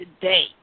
today